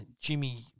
Jimmy